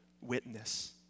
witness